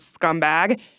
scumbag